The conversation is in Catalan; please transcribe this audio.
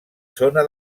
zona